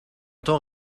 temps